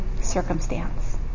circumstance